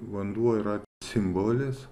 vanduo yra simbolis